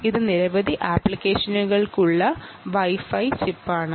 ഇത് നിരവധി ആപ്ലിക്കേഷനുകൾക്കുള്ള വൈഫൈ ചിപ്പ് ആണ്